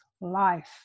life